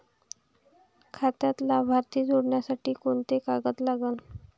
खात्यात लाभार्थी जोडासाठी कोंते कागद लागन?